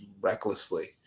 recklessly